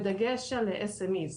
בדגש על SMEs,